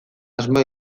asmoa